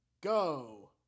go